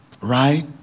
right